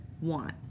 want